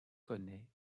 connaît